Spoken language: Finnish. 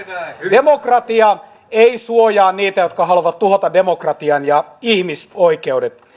demokratia ei suojaa niitä jotka haluavat tuhota demokratian ja ihmisoikeudet